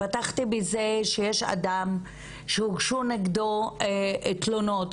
פתחתי בזה שיש אדם שהוגשו נגדו תלונות,